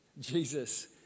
Jesus